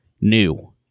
new